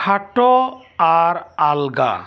ᱠᱷᱟᱴᱚ ᱟᱨ ᱟᱞᱜᱟ